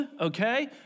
okay